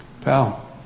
Pal